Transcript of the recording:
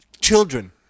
Children